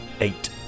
Eight